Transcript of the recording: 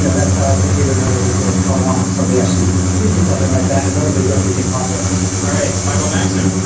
yeah that's how i think we would know that we really caught on if somebody actually did do something like that and whatever they built became popular all right. michael maxim,